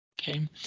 Okay